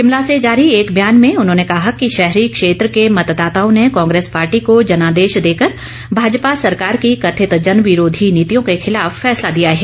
शिमला से जारी एक ब्यान में उन्होंने कहा कि शहरी क्षेत्र के मतदाताओं ने कांग्रेस पार्टी को जनादेश देकर भाजपा सरकार की कथित जनविरोधी नीतियों के खिलाफ फैसला दिया है